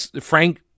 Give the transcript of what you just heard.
frank